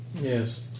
Yes